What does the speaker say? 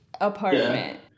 apartment